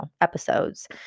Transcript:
episodes